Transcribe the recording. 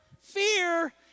fear